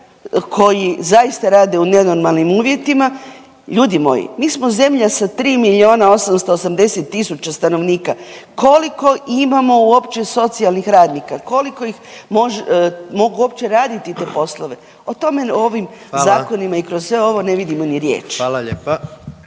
koji zaista rade u nenormalnim uvjetima. Ljudi moji, mi smo zemlja sa 3 880 000 stanovnika. Koliko imamo uopće socijalnih radnika? Koliko ih mogu uopće raditi te poslove? O tome u ovim zakonima .../Upadica: Hvala./... i kroz sve ovo ne vidimo ni riječ.